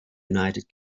united